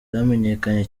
zamenyekanye